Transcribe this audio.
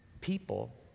people